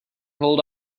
hold